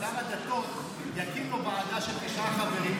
אני בעד ששר הדתות יקים לו ועדה של תשעה חברים,